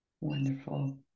Wonderful